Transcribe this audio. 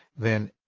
then